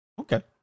Okay